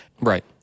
Right